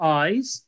eyes